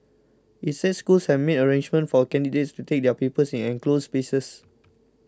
it said schools have made arrangements for candidates to take their papers in enclosed spaces